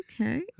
okay